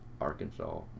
Arkansas